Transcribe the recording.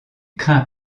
craint